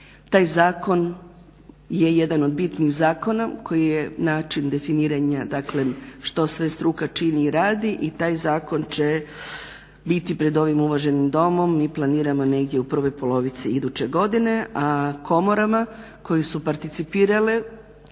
Taj zakon je jedan od bitnih zakona koji je način definiranja što sve struka čini i radi i taj zakon će biti pred ovim uvaženim domom, mi planiramo negdje u prvoj polovici iduće godine, a komorama koje su participirale